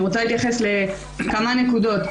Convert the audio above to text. אני רוצה להתייחס למספר נקודות.